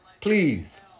Please